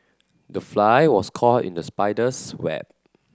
the fly was caught in the spider's web